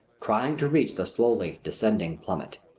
trying to reach the slowly descending plummet.